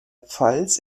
pfalz